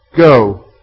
go